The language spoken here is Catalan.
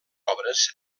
obres